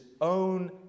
own